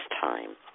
time